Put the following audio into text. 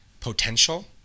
potential